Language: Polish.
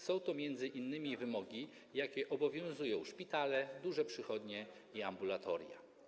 Są to m.in. wymogi, jakie obowiązują szpitale, duże przychodnie i ambulatoria.